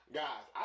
guys